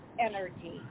energy